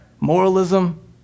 moralism